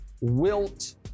Wilt